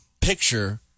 picture